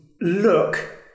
look